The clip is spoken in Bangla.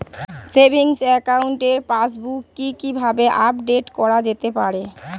সেভিংস একাউন্টের পাসবুক কি কিভাবে আপডেট করা যেতে পারে?